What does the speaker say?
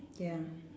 ya